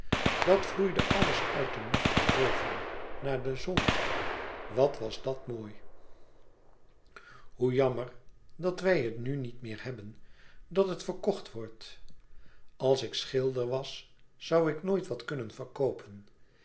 dat vloeide alles uit den nacht naar boven naar de zon wat was dat mooi hoe jammer dat wij het nu niet meer hebben dat het verkocht wordt als ik schilder was zoû ik nooit wat e kunnen verkoopen